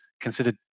considered